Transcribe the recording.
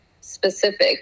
specific